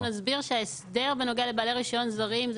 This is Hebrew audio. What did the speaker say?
נסביר שההסדר בנוגע לבעלי רישיון זרים הוא